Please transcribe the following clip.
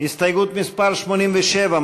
הסתייגות מס' 87,